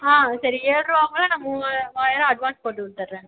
ஆ சரி ஏழ்ருபாங்கக்குள்ள நான் மூவா மூவாயிரம் அட்வான்ஸ் போட்டுவிட்டுகிறேன்